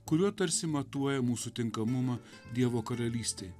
kuriuo tarsi matuoja mūsų tinkamumą dievo karalystei